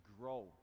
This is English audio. grow